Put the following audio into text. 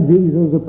Jesus